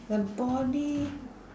the body